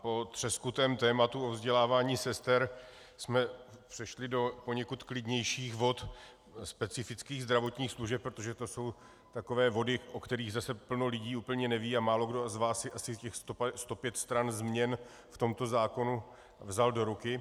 Po třeskutém tématu o vzdělávání sester jsme přešli do poněkud klidnějších vod specifických zdravotních služeb, protože to jsou takové vody, o kterých zase plno lidí úplně neví, a málokdo z vás si asi těch 105 stran změn v tomto zákonu vzal do ruky.